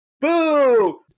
boo